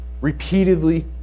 repeatedly